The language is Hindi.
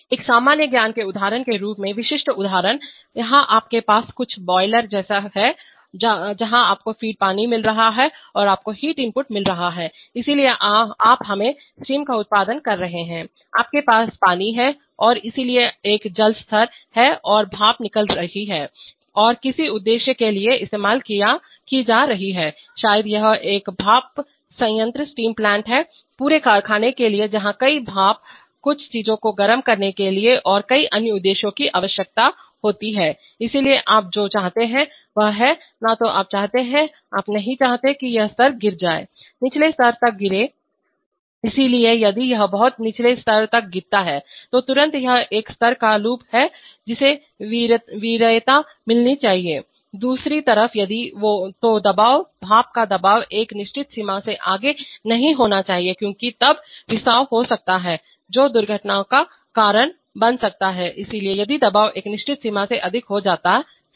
एक सामान्य ज्ञान के उदाहरण के रूप में विशिष्ट उदाहरण यहाँ आपके पास कुछ बॉयलर जैसा है जहाँ आपको फीड पानी मिल रहा है और आपको हीट इनपुट मिल रहा है इसलिए आप हमें स्टीम का उत्पादन कर रहे हैं आपके पास पानी है और इसलिए एक जल स्तरलेवल है और भाप निकल रही है और किसी उद्देश्य के लिए इस्तेमाल की जा रही है शायद यह एक भाप संयंत्रस्टीम प्लांट है पूरे कारखाने के लिए हैं जहां कई भाप कुछ चीजों को गर्म करने के लिए और कई अन्य उद्देश्यों की आवश्यकता होती है इसलिए आप जो चाहते हैं वह है न तो आप चाहते हैं आप नहीं चाहते कि यह स्तर गिर जाए निचले स्तर तक गिरें इसलिए यदि यह बहुत निचले स्तर तक गिरता है तो तुरंत यह एक स्तर का लूप है जिसे वरीयता मिलनी चाहिए दूसरी तरफ यदि तो दबाव भाप का दबाव एक निश्चित सीमा से आगे नहीं होना चाहिए क्योंकि तब रिसाव हो सकता है जो दुर्घटनाओं का कारण बन सकता है इसलिए यदि दबाव एक निश्चित सीमा से अधिक हो जाता है